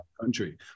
country